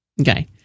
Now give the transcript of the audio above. Okay